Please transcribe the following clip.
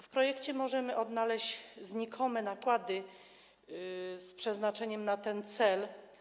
W projekcie możemy odnaleźć znikome nakłady z przeznaczeniem na ten cel.